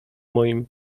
moim